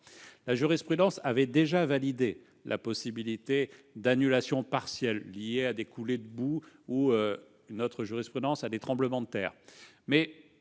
La jurisprudence avait déjà validé la possibilité d'annulations partielles liées, par exemple, à des coulées de boue ou à des tremblements de terre.